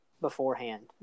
beforehand